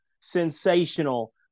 sensational